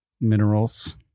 minerals